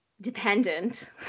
dependent